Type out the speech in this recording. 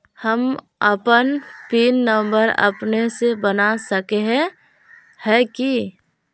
हम अपन pin number अपने से बना सके है की?